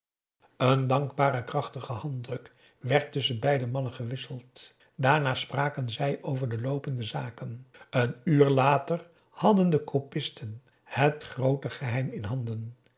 een dankbare krachtige handdruk werd tusschen beide mannen gewisseld daarna spraken zij over de loopende zaken een uur later hadden de copisten het groote geheim in handen